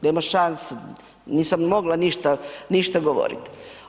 Nema šanse, nisam mogla ništa govoriti.